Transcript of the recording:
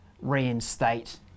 reinstate